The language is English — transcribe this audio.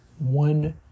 one